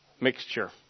mixture